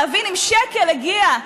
להבין אם שקל הגיע.